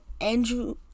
Andrew